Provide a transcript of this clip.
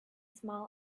small